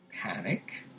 Panic